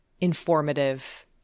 informative